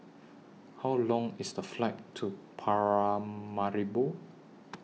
How Long IS The Flight to Paramaribo